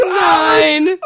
nine